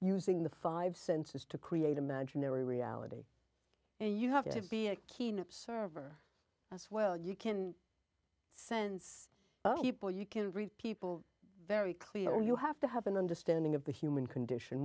using the five senses to create imaginary reality and you have to be a keen observer as well you can sense people you can read people very clearly you have to have an understanding of the human condition